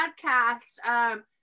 podcast